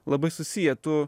labai susiję tu